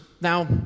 Now